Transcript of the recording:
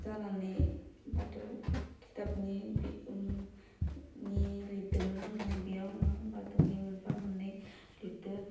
जानानै बाथौ खिथाबनि बि बिनि लिरदोंमोन आङो बेयाव आङो बाथौनि मोनफा मोन्नै लिरदों